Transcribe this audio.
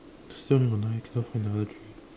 so we only got nine just have to find the other three